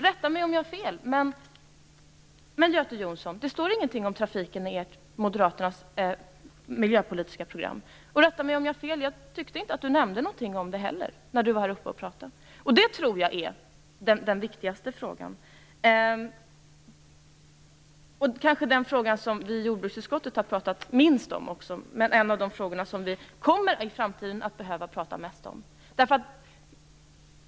Rätta mig om jag har fel, Göte Jonsson, men det står ingenting om trafiken i Moderaternas miljöpolitiska program, och jag tyckte inte heller att han nämnde någonting om det i sitt anförande. Trafiken är nog den viktigaste frågan och den fråga som vi i jordbruksutskottet har pratat minst om. Men det är en av de frågor som vi i framtiden kommer att behöva prata mest om.